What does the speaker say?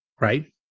right